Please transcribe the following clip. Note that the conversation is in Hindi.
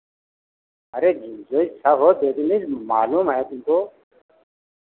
अरे जो इच्छा हो दे देना मालूम है तुमको